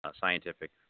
scientific